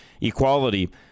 equality